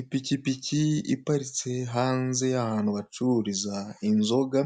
Ipikipiki iparitse hanze y'ahantu bacururiza inzoga,